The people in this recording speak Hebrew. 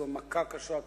כי זאת מכה קשה.